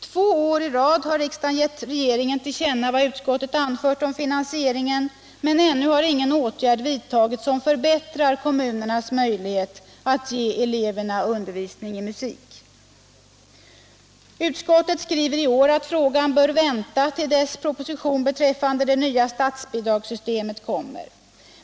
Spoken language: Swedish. Två år i rad har riksdagen gett regeringen till känna vad utskottet anfört om finansieringen, men ännu har ingen åtgärd vidtagits som förbättrar kommunernas möjlighet att ge eleverna undervisning i musik. Utskottet skriver i år att frågan bör vänta till dess propositionen beträffande det nya statsbidragssystemet kommer.